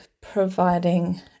providing